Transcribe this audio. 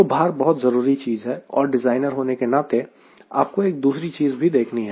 तो भार बहुत जरूरी चीज है और डिज़ाइनर होने के नाते आपको एक दूसरी चीज भी देखनी है